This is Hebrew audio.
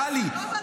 טלי,